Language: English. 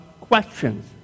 questions